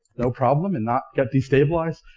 no problem, and not get destabilized.